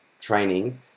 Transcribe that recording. training